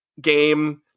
game